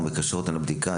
או מקשר אותם לבדיקה,